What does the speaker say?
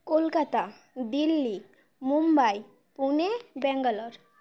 Kolkata Delhi Mumbai Pune Bangalore